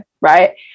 right